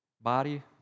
body